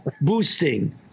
boosting